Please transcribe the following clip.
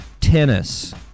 tennis